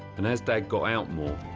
and as dad got out more,